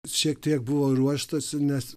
šiek tiek buvo ruoštasi nes